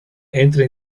entra